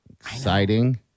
Exciting